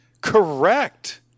Correct